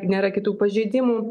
nėra kitų pažeidimų